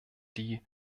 die